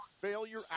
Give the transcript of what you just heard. failure